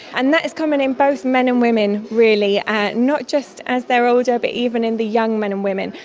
and that is common in both men and women really, not just as they are older but even in the young men and women.